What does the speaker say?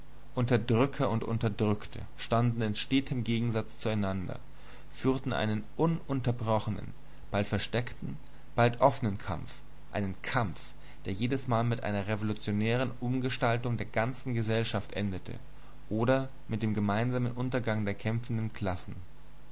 unterdrücker und unterdrückte standen in stetem gegensatz zueinander führten einen ununterbrochenen bald versteckten bald offenen kampf einen kampf der jedesmal mit einer revolutionären umgestaltung der ganzen gesellschaft endete oder mit dem gemeinsamen untergang der kämpfenden klassen